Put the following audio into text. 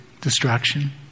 distraction